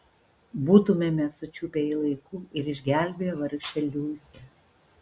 būtumėme sučiupę jį laiku ir išgelbėję vargšę liusę